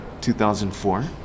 2004